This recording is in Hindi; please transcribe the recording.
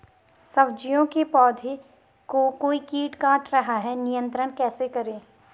सब्जियों के पौधें को कोई कीट काट रहा है नियंत्रण कैसे करें?